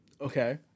Okay